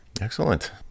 excellent